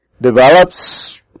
develops